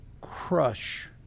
crush